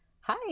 Hi